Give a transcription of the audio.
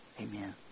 amen